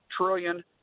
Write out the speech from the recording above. trillion